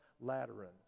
Lateran